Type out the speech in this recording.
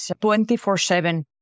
24-7